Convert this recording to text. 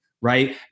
right